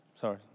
Sorry